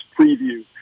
preview